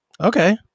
Okay